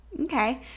okay